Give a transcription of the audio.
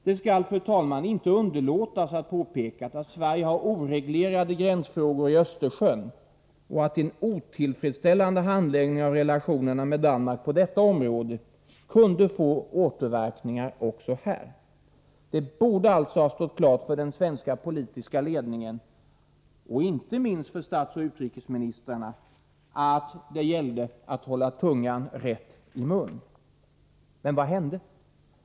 Det skall, fru talman, inte underlåtas att påpekas att Sverige har oreglerade gränsfrågor i Östersjön och att en otillfredsställande handlägg "ning av relationerna med Danmark på detta område kunde få återverkningar också här. Det borde alltså ha stått klart för den svenska politiska ledningen, och inte minst för statsoch utrikesministrarna, att det här gällde att hålla tungan rätt i mun. Men vad hände?